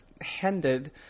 handed